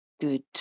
good